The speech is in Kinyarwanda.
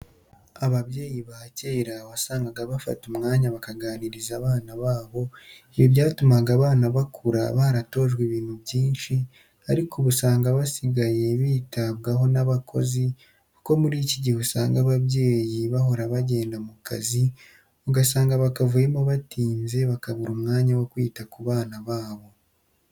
Ababyeyi ba kera wasangaga bafata umwanya bakaganiriza abana babo, ibi byatumaga abana bakura baratojwe ibintu byinshi ariko ubu usanga basigaye bitabwaho n'abakozi kuko muri iki gihe usanga ababyeyi hahora bagenda mu kazi ugasanga bakavuyemo batinze bakabura umwanya wo kwita ku bana babo.